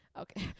Okay